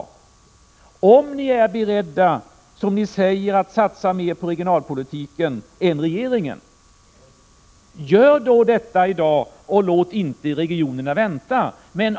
Om ni är beredda, som ni säger, att satsa mer på regionalpolitiken än regeringen, gör då detta i dag och låt inte regionerna vänta.